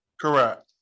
Correct